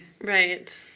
right